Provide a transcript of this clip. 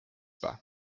pas